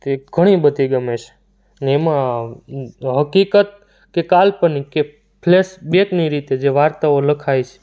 તે ઘણી બધી ગમે છે ને એમાં હકીકત કે કાલ્પનિક કે ફ્લેશબેકની રીતે જે વાર્તાઓ લખાય છે